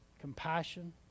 compassion